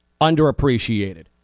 underappreciated